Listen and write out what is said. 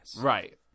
Right